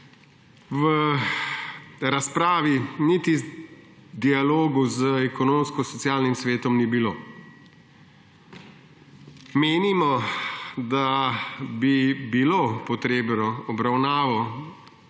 v razpravi niti dialogu z Ekonomsko-socialnim svetom ni bilo. Menimo, da bi bilo potrebno obravnavo